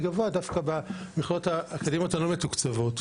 גבוה דווקא במכללות האקדמיות הלא מתוקצבות,